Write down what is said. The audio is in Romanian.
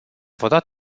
votat